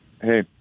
Hey